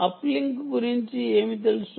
uplink గురించి ఏమి తెలుసు